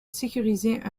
sécuriser